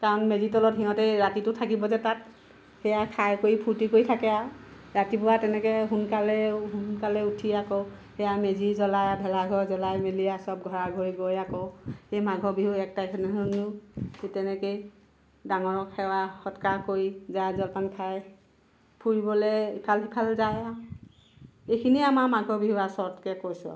কাৰণ মেজি তলত সিহঁতে ৰাতিটো থাকিব যে তাত সেয়া খাই কৰি ফূৰ্তি কৰি থাকে আৰু ৰাতিপুৱা তেনেকে সোনকালে সোনকালে উঠি আকৌ সেয়া মেজি জ্বলাই ভেলাঘৰ জ্বলাই মেলি আৰু চব ঘৰাঘৰি গৈ আকৌ সেই মাঘ বিহুত এক তাৰিখৰ দিনাখন ঠিক তেনেকে ডাঙৰ সেৱা কৰা সৎকাৰ কৰি জা জলপান খাই ফুৰিবলে ইফাল সিফাল যায় আৰু এইখিনিয়ে আমাৰ মাঘ বিহু আৰু চৰ্টকে কৈছোঁ আৰু